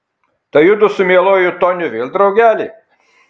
tai judu su mieluoju toniu vėl draugeliai